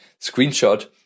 screenshot